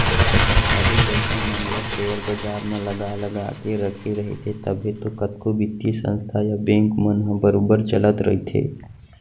सबे पइसा मन ल सेयर बजार म लगा लगा के रखे रहिथे तभे तो कतको बित्तीय संस्था या बेंक मन ह बरोबर चलत रइथे